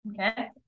Okay